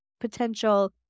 potential